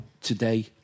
today